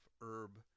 herb